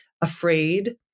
afraid